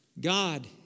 God